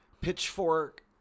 pitchfork